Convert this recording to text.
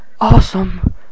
Awesome